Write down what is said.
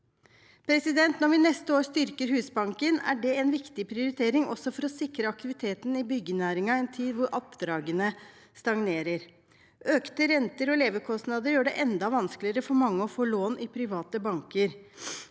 arbeid. Når vi neste år styrker Husbanken, er det en viktig prioritering også for å sikre aktiviteten i byggenæringen i en tid hvor oppdragene stagnerer. Økte renter og levekostnader gjør det enda vanskeligere for mange å få lån i private banker.